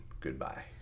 Goodbye